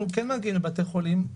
אנחנו מגיעים לבתי חולים,